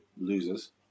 losers